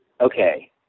okay